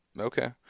Okay